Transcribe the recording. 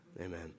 Amen